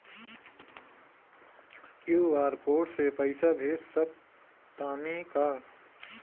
QR code से पईसा भेज सक तानी का?